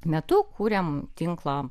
metu kuriam tinklą